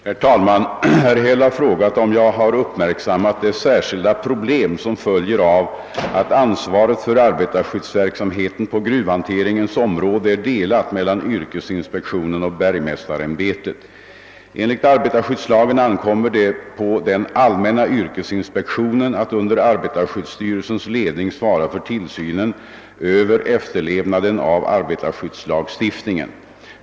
Herr talman! Herr Häll har frågat, om jag har uppmärksammat det särskilda problem som följer av att ansvaret för arbetarskyddsverksamheten på gruvhanteringens område är delat Enligt arbetarskyddslagen ankommer det på den allmänna yrkesinspektionen att under arbetarskyddsstyrelsens ledning svara för tillsynen över efterlevnaden av arbetarskyddslagstiftningen.